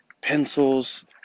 pencils